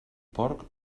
porc